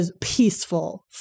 Peaceful